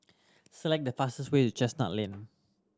select the fastest way to Chestnut Lane